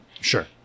Sure